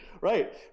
Right